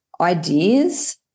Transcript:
ideas